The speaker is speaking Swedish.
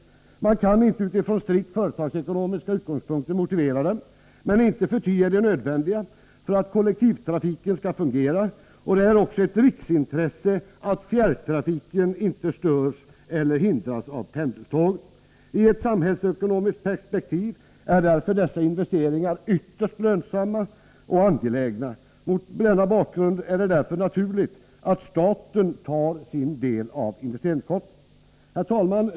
Man kan inte motivera dem från strikt företagsekonomiska utgångspunkter, men inte förty är de nödvändiga för att kollektivtrafiken skall fungera. Det är också ett riksintresse att fjärrtrafiken inte störs eller hindras av pendeltågen. I ett samhällsekonomiskt perspektiv är därför dessa investeringar ytterst lönsamma och angelägna. Mot denna bakgrund är det således naturligt att staten tar sin del av investeringskostnaderna. Herr talman!